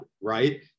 right